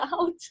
out